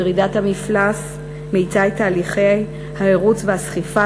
ירידת המפלס מאיצה את תהליכי העירוץ והסחיפה